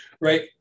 right